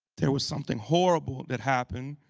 there was something horrible that happened.